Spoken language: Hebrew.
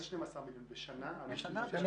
12 מיליון שקל לשנה?